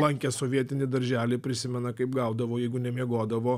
lankęs sovietinį darželį prisimena kaip gaudavo jeigu nemiegodavo